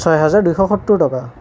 ছয় হাজাৰ দুইশ সত্তৰ টকা